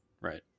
Right